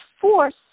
force